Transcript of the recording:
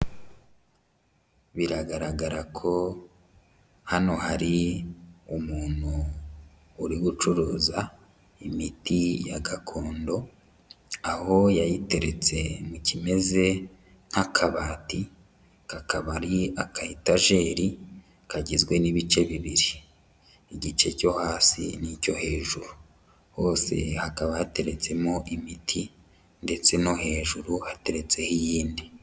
Biragaragara ko hano hari umuntu uri gucuruza imiti ya gakondo, aho yayiteretse mu kimeze nk'akabati kakaba ari akayetajeri kagizwe n'ibice bibiri, igice cyo hasi n'icyo hejuru hose hakaba hateretsemo imiti ndetse no hejuru hateretseho iyindi.